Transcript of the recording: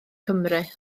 cymru